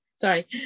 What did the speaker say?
Sorry